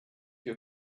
your